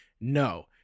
No